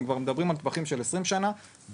הם מדברים כבר על טווחים של 20 שנה וכל